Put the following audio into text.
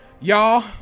y'all